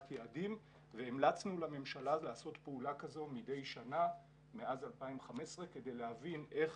יעדים והמלצנו לממשלה לעשות פעולה כזו מדי שנה מאז 2015 כדי להבין איך